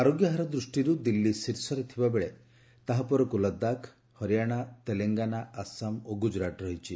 ଆରୋଗ୍ୟ ହାର ଦୃଷ୍ଟିରୁ ଦିଲ୍ଲୀ ଶୀର୍ଷରେ ଥିବାବେଳେ ତାହା ପରକ୍ ଲଦାଖ ହରିଆଣା ତେଲଙ୍ଗାନା ଆସାମ ଓ ଗୁଜରାତ ରହିଛି